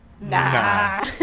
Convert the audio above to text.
nah